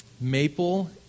maple